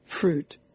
fruit